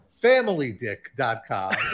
FamilyDick.com